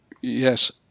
Yes